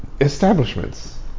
establishments